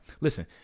Listen